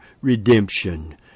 redemption